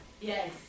Yes